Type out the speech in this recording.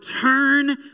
turn